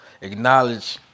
acknowledge